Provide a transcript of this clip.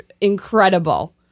incredible